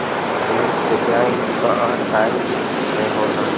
NEFT bank कअ time में होला